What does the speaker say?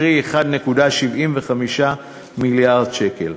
קרי 1.75 מיליארד שקל.